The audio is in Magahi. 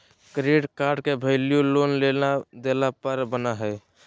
क्रेडिट कार्ड के वैल्यू लोन लेला देला पर बना हइ